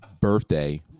birthday